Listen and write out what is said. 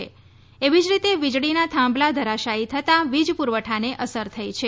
ઐવી જ રીતે વિજળીના થાંભળા ધરાશાયી થતાં વિજ પુરવઠાને અસર થઈ છે